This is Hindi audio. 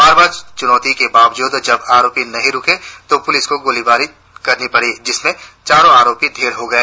बार बार चेतावनी के बावजूद जब आरोपी नहीं रुके तो पुलिस को गोली चलानी पड़ी जिसमें चारों आरोपी ढेर हो गए